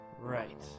right